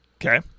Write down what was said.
Okay